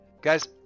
guys